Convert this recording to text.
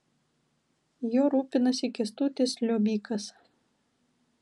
juo rūpinosi kęstutis liobikas